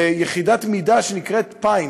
ביחידת מידה שנקראת פיינט,